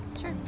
Sure